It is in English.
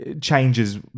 changes